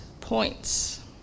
points